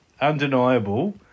Undeniable